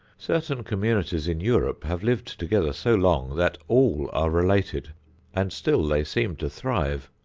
certain communities in europe have lived together so long that all are related and still they seem to thrive.